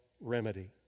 remedy